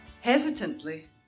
Hesitantly